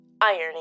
irony